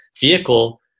vehicle